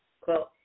Quote